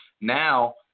Now